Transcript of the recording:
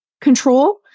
control